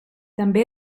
també